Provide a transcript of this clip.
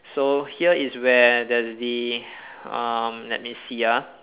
so here is where there's the um let me see ah